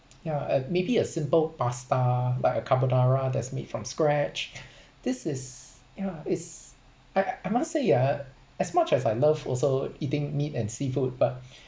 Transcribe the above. ya a~ maybe a simple pasta like a carbonara that's made from scratch this is you know is I I must say ya as much as I love also eating meat and seafood but